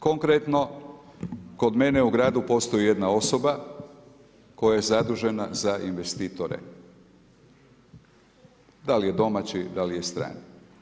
Konkretno kod mene u gradu postoji jedna osoba koja je zadužena za investitore, da li je domaći, da li je strani.